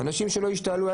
אנשים שלא השתעלו,